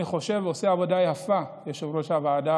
אני חושב שיושב-ראש הוועדה